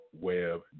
Web